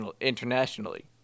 internationally